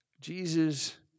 Jesus